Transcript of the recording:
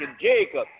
Jacob